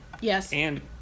Yes